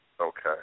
Okay